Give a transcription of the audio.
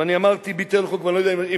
ואני אמרתי "ביטל חוק"; אני לא יודע אם